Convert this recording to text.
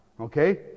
Okay